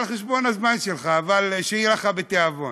על חשבון הזמן שלך, אבל שיהיה לך בתיאבון.